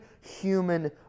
human